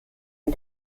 ihr